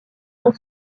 dans